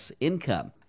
income